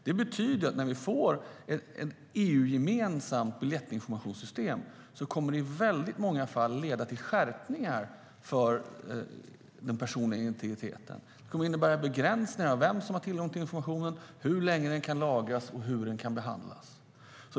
Det betyder att när vi får ett EU-gemensamt biljettinformationssystem kommer det i många fall att leda till skärpning av den personliga integriteten. Det kommer att innebära en begränsning av vem som har tillgång till informationen, hur länge den kan lagras och hur den kan behandlas.